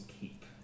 keep